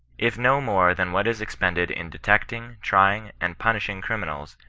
if no more than what is expended in detecting, trying, and punishing criminals,